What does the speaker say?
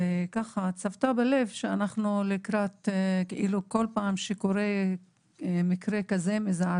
צבטה בלב שאנחנו כל פעם שקורה כזה מקרה